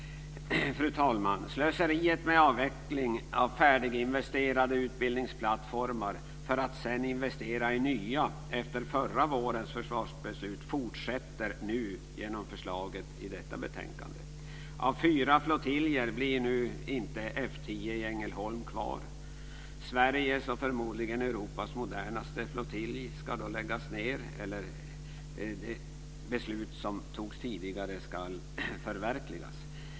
Fru talman! Slöseriet med avveckling av färdiginvesterade utbildningsplattformar och sedan investeringar i nya efter förra vårens försvarsbeslut fortsätter nu genom förslaget i detta betänkande. Av fyra flottiljer blir nu inte F 10 i Ängelholm kvar. Sveriges och förmodligen Europas modernaste flottilj ska då läggas ned, och det beslut som fattades tidigare ska förverkligas.